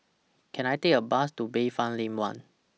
Can I Take A Bus to Bayfront Lane one